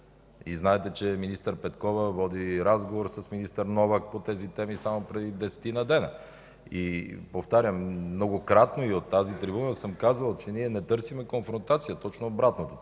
и знаете, че министър Петкова води разговори с министър Новак по тези теми само преди десетина дена. И повтарям, многократно от тази трибуна съм казвал, че ние не търсим конфронтация. Точно обратното